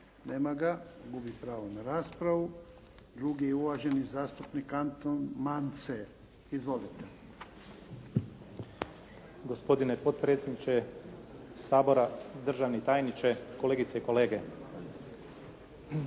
Nema ga. Gubi pravo na raspravu. Drugi je uvaženi zastupnik Anton Mance. Izvolite. **Mance, Anton (HDZ)** Gospodine potpredsjedniče Sabora, državni tajniče, kolegice i kolege.